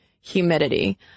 humidity